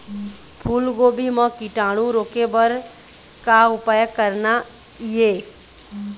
फूलगोभी म कीटाणु रोके बर का उपाय करना ये?